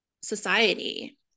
society